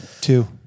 Two